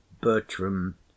bertram